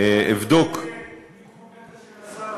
אבדוק ------ ביקור פתע של השר.